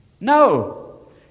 No